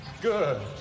good